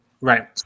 Right